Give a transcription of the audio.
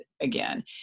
again